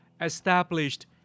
established